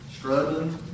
Struggling